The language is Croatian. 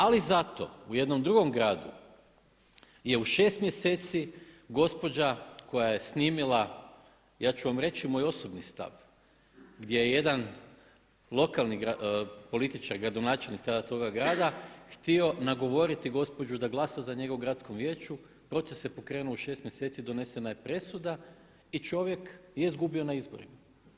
Ali zato u jednom drugom gradu je u 6 mjeseci gospođa koja je snimila, ja ću vam reći moj osobni stav, gdje je jedan lokalni političar, gradonačelnik tada toga grada htio nagovoriti gospođu da glasa za njega u gradskom vijeću, proces se pokrenuo u 6 mjeseci i donesena je presuda i čovjek je izgubio na izborima.